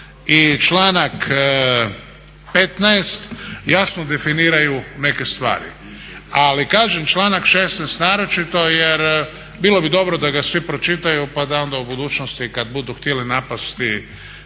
i članak 15. jasno definiraju neke stvari. Ali kažem članak 16. naročito jer bilo bi dobro da ga svi pročitaju pa da onda u budućnosti kad budu htjeli napasti